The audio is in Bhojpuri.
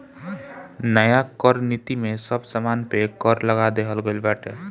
नया कर नीति में सब सामान पे कर लगा देहल गइल बाटे